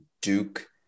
Duke